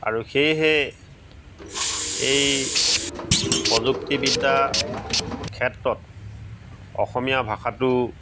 আৰু সেয়েহে এই প্ৰযুক্তিবিদ্যাৰ ক্ষেত্ৰত অসমীয়া ভাষাটো